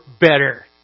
better